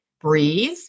breathe